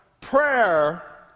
Prayer